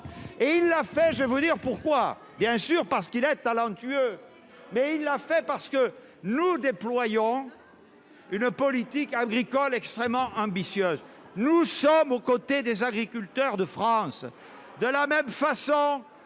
et il l'a fait, je vais vous dire pourquoi, bien sûr, parce qu'il est talentueux mais il l'a fait parce que nous déployons une politique agricole extrêmement ambitieuse, nous sommes aux côtés des agriculteurs de France, de la même façon